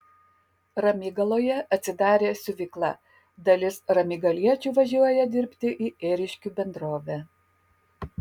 ramygaloje atsidarė siuvykla dalis ramygaliečių važiuoja dirbti į ėriškių bendrovę